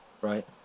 Right